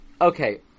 Okay